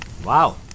Wow